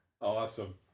Awesome